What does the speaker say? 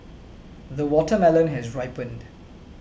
the watermelon has ripened